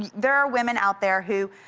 yeah there are women out there who,